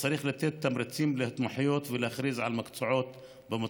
צריך לתת תמריצים להתמחויות ולהכריז על מקצועות במצוקה.